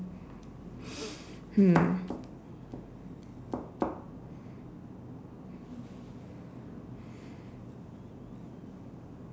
hmm